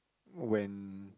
when